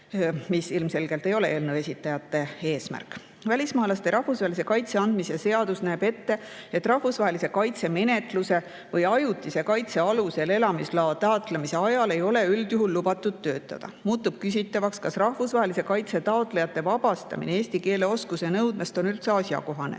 mis ilmselgelt ei ole eelnõu esitajate eesmärk. Välismaalasele rahvusvahelise kaitse andmise seadus näeb ette, et rahvusvahelise kaitse menetluse või ajutise kaitse alusel elamisloa taotlemise ajal ei ole üldjuhul lubatud töötada. Muutub küsitavaks, kas rahvusvahelise kaitse taotlejate vabastamine eesti keele oskuse nõudest on üldse asjakohane